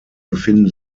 befinden